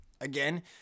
again